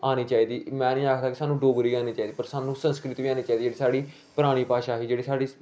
आनी चाहिदी में नेई आक्खदा सानू डोगरी आनी चाहिदी सानू सस्कृंत बी आनी चाहिदी जेहडी साढ़ी परानी भाशा ही जेहड़ी साढ़ी